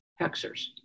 hexers